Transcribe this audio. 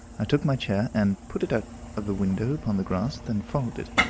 i took my chair, and put it out of the window upon the grass, then followed it,